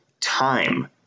time